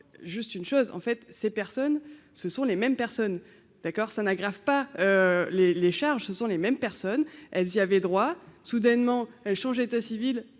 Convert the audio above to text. juste une chose, en fait, ces personnes, ce sont les mêmes personnes, d'accord, ça n'aggrave pas les les charges, ce sont les mêmes personnes, elles y avaient droit soudainement, elle change, état civil,